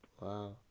wow